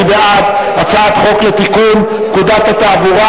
מי בעד הצעת חוק לתיקון פקודת התעבורה